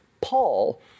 Paul